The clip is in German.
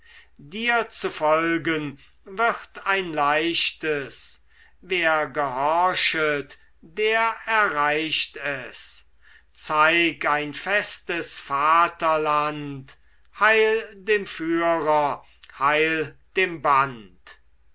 dir zu folgen wird ein leichtes wer gehorchet der erreicht es zeig ein festes vaterland heil dem führer heil dem band